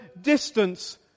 distance